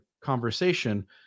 conversation